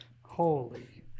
Holy